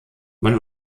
man